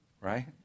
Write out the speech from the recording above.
Right